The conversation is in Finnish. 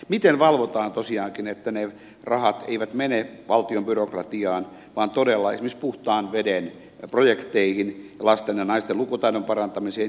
miten valvotaan tosiaankin että ne rahat eivät mene valtion byrokratiaan vaan todella esimerkiksi puhtaan veden projekteihin ja lasten ja naisten lukutaidon parantamiseen